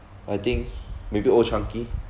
I think maybe old chang kee